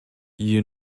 you